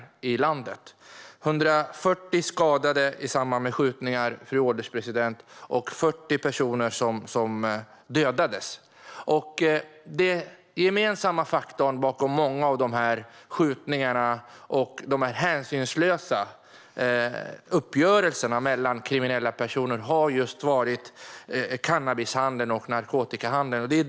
Det var 140 som skadades i samband med skjutningar, och 40 dödades. Den gemensamma faktorn bakom många av dessa skjutningar och hänsynslösa uppgörelser mellan kriminella personer var just handel med cannabis och annan narkotika.